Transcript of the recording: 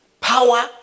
Power